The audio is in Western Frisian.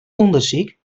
ûndersyk